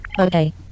Okay